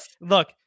look